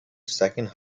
second